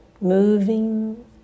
moving